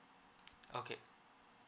okay